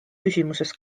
küsimuses